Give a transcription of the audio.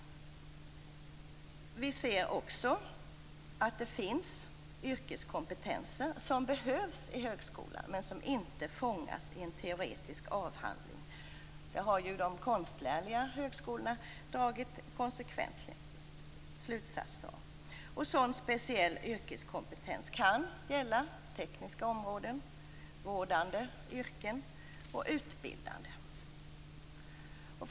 Men vi ser att det finns yrkeskompetenser som behövs i högskolan och som inte fångas i en teoretisk avhandling. Det har ju de konstnärliga högskolorna dragit slutsatser av. Sådan speciell yrkeskompetens kan gälla tekniska yrken, vårdande yrken och utbildande.